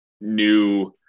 new